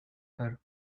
her